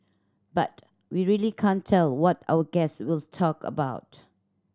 but we really can't tell what our guests will talk about